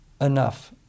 enough